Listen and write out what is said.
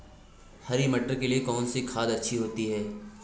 हरी मटर के लिए कौन सी खाद अच्छी होती है?